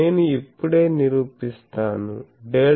నేను ఇప్పుడే నిరూపిస్తాను ∇